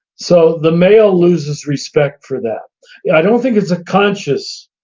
so the male loses respect for that yeah i don't think it's a conscious